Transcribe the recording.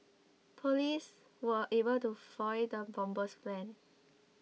police were able to foil the bomber's plans